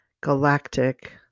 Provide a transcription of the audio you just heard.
Galactic